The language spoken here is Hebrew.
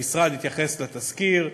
המשרד התייחס לתסקיר,